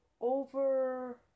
over